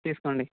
తీసుకోండి